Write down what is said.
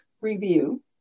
review